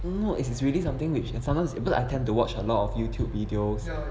no no no it's it's really something which can sometimes I tend to watch a lot of Youtube videos